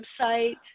website